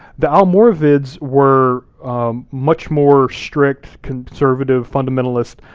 the almoravids were much more strict, conservative, fundamentalist,